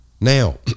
Now